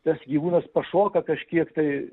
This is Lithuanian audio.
tas gyvūnas pašoka kažkiek tai